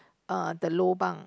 uh the lobang